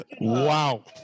Wow